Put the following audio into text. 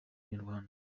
inyarwanda